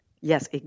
Yes